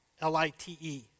L-I-T-E